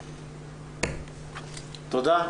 תודה.